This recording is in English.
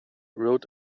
rode